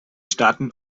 staaten